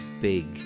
big